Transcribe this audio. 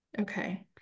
Okay